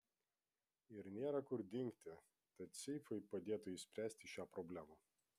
ir nėra kur dingti tad seifai padėtų išspręsti šią problemą